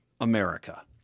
America